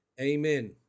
Amen